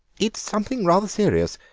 it's something rather serious.